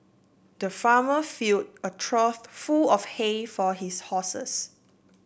the farmer fill a trough full of hay for his horses